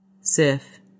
Sif